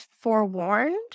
forewarned